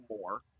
more